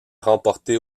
remporté